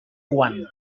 kubán